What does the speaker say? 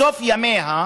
בסוף ימיה,